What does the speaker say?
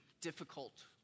difficult